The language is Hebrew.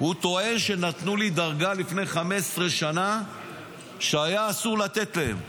הוא טוען שנתנו לי דרגה לפני 15 שנה כשהיה אסור לתת להם.